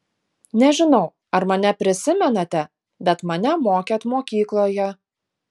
nežinau ar mane prisimenate bet mane mokėt mokykloje